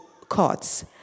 courts